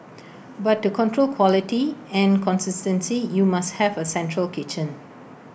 but to control quality and consistency you must have A central kitchen